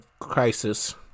crisis